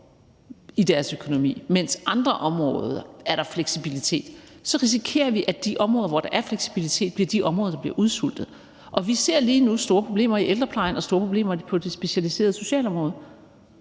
i deres økonomi, mens der på andre områder er fleksibilitet, så risikerer vi, at de områder, hvor der er fleksibilitet, bliver de områder, der bliver udsultet. Vi ser lige nu store problemer i ældreplejen og store problemer på det specialiserede socialområde,